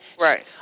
Right